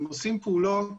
הם עושים פעולות